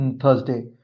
Thursday